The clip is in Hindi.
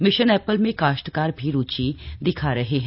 मिशन एप्पल में काश्तकार भी रुचि दिखा रहे हैं